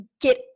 get